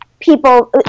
people—